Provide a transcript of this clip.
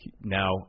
Now